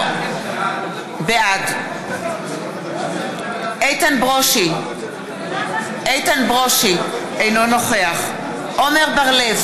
גלנט, נגד גילה גמליאל, אינה נוכחת מסעוד גנאים,